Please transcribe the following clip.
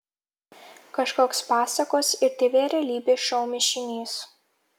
kažkoks pasakos ir tv realybės šou mišinys